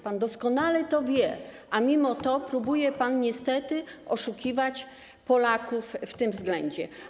Pan doskonale to wie, a mimo to próbuje pan niestety oszukiwać Polaków w tym względzie.